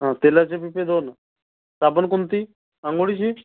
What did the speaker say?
हा तेलाचे पिशव्या दोन साबण कोणती अंघोळीची